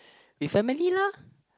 with family lah